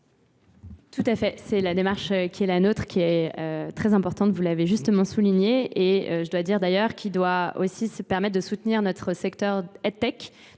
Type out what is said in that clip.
Tout à fait, c'est la démarche qui est la nôtre qui est très importante, vous l'avez justement souligné et je dois dire d'ailleurs qu'il doit aussi se permettre de soutenir notre secteur edtech,